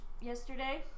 Yesterday